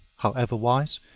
however wise,